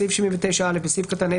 בסעיף 79 (א) בסעיף קטן (ה),